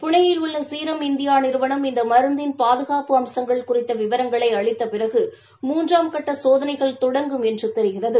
புனேயில் உள்ள serum India நிறுவனம் இந்த மருந்தின் பாதுகாப்பு அம்சங்கள் குறித்த விவரங்களை அளித்த பிறகு மூன்றாம் கட்ட சோதளைகள் தொடங்கும் என்று தெரிகிறது